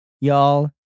y'all